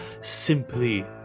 simply